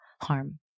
harm